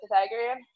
Pythagorean